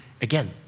again